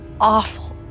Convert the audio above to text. awful